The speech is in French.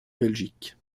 belgique